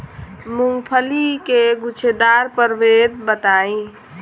मूँगफली के गूछेदार प्रभेद बताई?